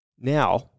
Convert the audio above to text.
Now